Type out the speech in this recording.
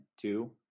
two